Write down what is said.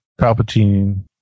Palpatine